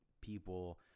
people